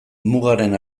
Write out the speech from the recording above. mugaren